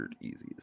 easiest